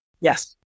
Yes